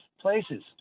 places